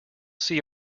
see